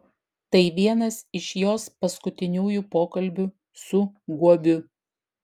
tai vienas iš jos paskutiniųjų pokalbių su guobiu